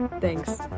Thanks